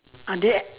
ah they